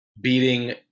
beating